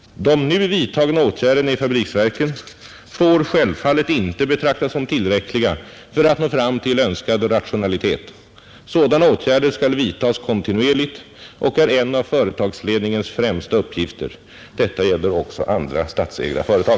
De nu vidtagna åtgärderna i fabriksverken får självfallet inte betraktas som tillräckliga för att nå fram till önskad rationalitet. Sådana åtgärder skall vidtas kontinuerligt och hör till företagsledningens främsta uppgifter. Detta gäller också för andra statsägda företag.